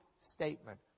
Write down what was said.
statement